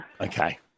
Okay